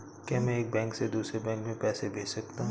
क्या मैं एक बैंक से दूसरे बैंक में पैसे भेज सकता हूँ?